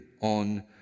on